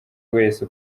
wese